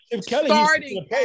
starting